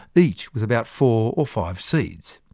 each with about four or five seeds.